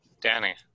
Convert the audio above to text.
Danny